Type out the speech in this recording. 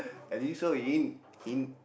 at least so it in in